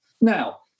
Now